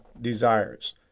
desires